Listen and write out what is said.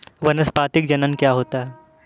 वानस्पतिक जनन क्या होता है?